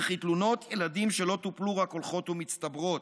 וכי תלונות ילדים שלא טופלו רק הולכות ומצטברות.